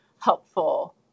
helpful